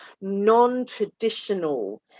non-traditional